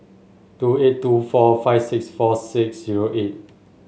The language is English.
two eight two four five six four six zero eight